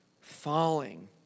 falling